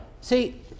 See